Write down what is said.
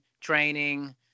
training